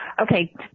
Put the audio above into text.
okay